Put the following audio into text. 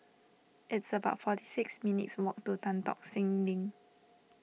it's about forty six minutes' walk to Tan Tock Seng Link